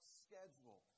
schedule